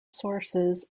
sources